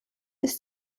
ist